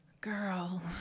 Girl